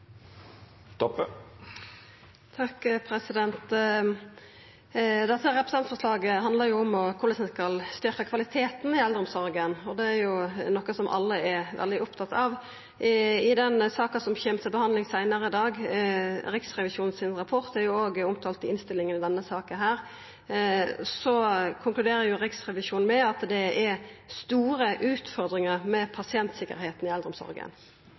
Dette representantforslaget handlar om korleis ein skal styrkja kvaliteten i eldreomsorga, og det er jo noko som alle er veldig opptatt av. I den saka som kjem til behandling seinare i dag – Riksrevisjonens rapport er jo òg omtalt i innstillinga i denne saka – konkluderer Riksrevisjonen med at «det er store utfordringer med pasientsikkerheten i